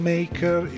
Maker